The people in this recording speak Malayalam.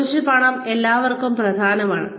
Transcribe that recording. കുറച്ച് പണം എല്ലാവർക്കും പ്രധാനമാണ്